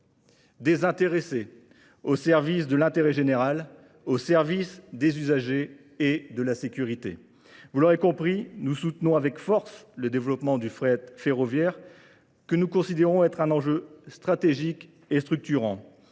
désintéressés au service de l'intérêt général, au service des usagers et de la sécurité. Vous l'aurez compris, nous soutenons avec force le développement du fret ferroviaire que nous considérons être un enjeu stratégique et structurant.